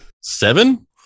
Seven